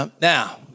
Now